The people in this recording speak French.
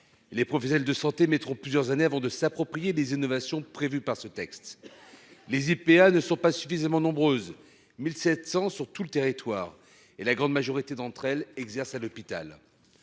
Les professionnels de santé mettront plusieurs années avant de s'approprier les innovations prévues par ce texte. Les IPA ne sont pas suffisamment nombreuses- elles sont 1 700 sur l'ensemble du territoire -et la grande majorité d'entre elles exercent à l'hôpital.